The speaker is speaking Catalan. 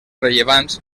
rellevants